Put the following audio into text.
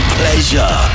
pleasure